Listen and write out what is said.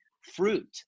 fruit